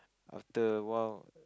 after a while